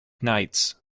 knights